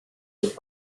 eat